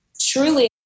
truly